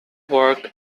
work